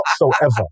whatsoever